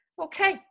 okay